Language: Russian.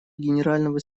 генерального